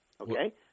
Okay